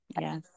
yes